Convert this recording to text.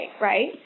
right